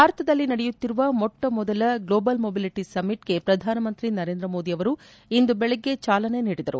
ಭಾರತದಲ್ಲಿ ನಡೆಯುತ್ತಿರುವ ಮೊಟ್ಟ ಮೊದಲ ಗ್ತೋಬಲ್ ಮೊಬಿಲಿಟಿ ಸಮಿಟ್ಗೆ ಪ್ರಧಾನಮಂತ್ರಿ ನರೇಂದ್ರ ಮೋದಿ ಅವರು ಇಂದು ಬೆಳಗ್ಗೆ ಚಾಲನೆ ನೀಡಿದರು